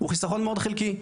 הוא חיסכון מאוד חלקי.